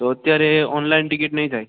તો અત્યારે online ticket નય થાય